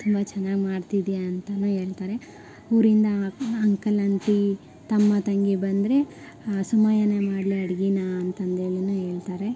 ತುಂಬ ಚೆನ್ನಾಗ್ ಮಾಡ್ತಿದೀಯ ಅಂತನೂ ಹೇಳ್ತಾರೆ ಊರಿಂದ ಅಂಕಲ್ ಆಂಟಿ ತಮ್ಮ ತಂಗಿ ಬಂದರೆ ಹಾ ಸುಮಯನೇ ಮಾಡಲಿ ಅಡುಗೇನ ಅಂತಂದೇಳಿನೂ ಹೇಳ್ತಾರೆ